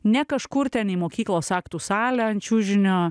ne kažkur ten į mokyklos aktų salę ant čiužinio